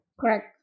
correct